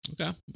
Okay